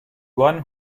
one